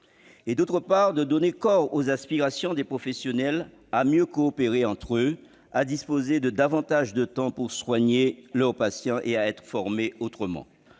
d'autre part, de donner corps aux aspirations des professionnels à mieux coopérer entre eux, à disposer de davantage de temps pour soigner leurs patients et à être formés autrement.